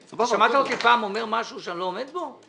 שמעת אותי פעם אומר משהו שאני לא עומד בו?